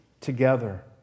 together